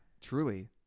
truly